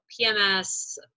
PMS